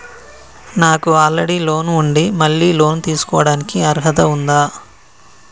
నాకు already loan ఉండి మళ్ళీ లోన్ తీసుకోవడానికి అర్హత ఉందా?